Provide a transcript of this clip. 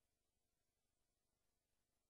אתה יודע מה?